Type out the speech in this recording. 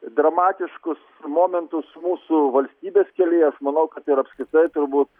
dramatiškus momentus mūsų valstybės kelyje aš manau kad ir apskritai turbūt